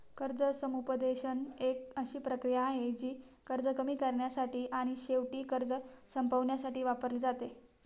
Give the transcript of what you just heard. कर्ज समुपदेशन एक अशी प्रक्रिया आहे, जी कर्ज कमी करण्यासाठी आणि शेवटी कर्ज संपवण्यासाठी वापरली जाते